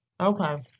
Okay